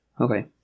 Okay